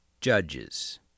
judges